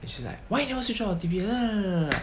it's just like why you never switch off the T_V